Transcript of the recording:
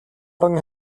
орон